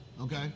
Okay